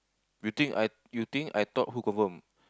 you think I you think I thought who confirm